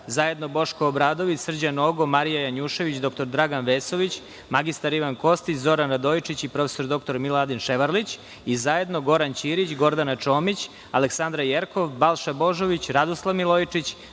zajedno Boško Obradović, Srđan Nogo, Marija Janjušević, dr Dragan Vesović, mr Ivan Kostić, Zoran Radojičić i prof. dr Miladin Ševarlić i zajedno Goran Ćirić, Gordana Čomić, Aleksandra Jerkov, Balša Božović, Radoslav Milojičić,